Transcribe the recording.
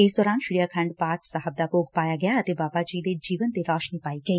ਇਸ ਦੌਰਾਨ ਸ੍ਰੀ ਆਖੰਡ ਪਾਠ ਸਾਹਿਬ ਦਾ ਭੋਗ ਪਾਇਆ ਗਿਆ ਅਤੇ ਬਾਬਾ ਜੀ ਦੇ ਜੀਵਨ ਤੇ ਰੋਸ਼ਨੀ ਪਾਈ ਗਈ